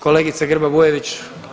Kolegice Grba-Bujević.